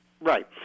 Right